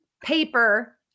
paper